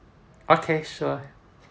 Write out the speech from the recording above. okay sure